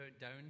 down